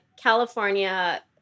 California